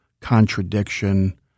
contradiction